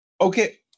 Okay